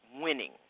winning